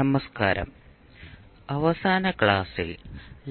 നമസ്കാരം അവസാന ക്ലാസ്സിൽ